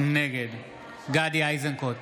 נגד גדי איזנקוט,